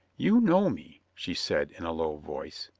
you know me, she said in a low voice.